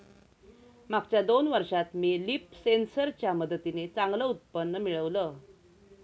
मागच्या दोन वर्षात मी लीफ सेन्सर च्या मदतीने चांगलं उत्पन्न मिळवलं